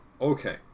Okay